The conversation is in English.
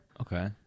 Okay